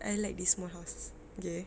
I like this small house okay